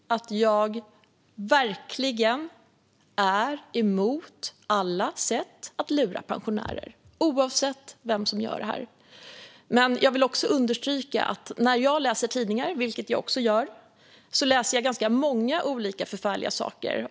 Fru talman! Jag vill understryka att jag verkligen är emot alla sätt att lura pensionärer, oavsett vem som gör det. Jag vill också understryka att jag när jag läser tidningar, vilket jag gör, ser många olika förfärliga saker.